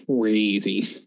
crazy